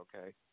okay